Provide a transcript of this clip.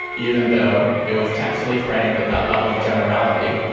even though it was text ually framed at that level of generality,